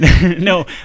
no